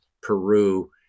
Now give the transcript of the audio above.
Peru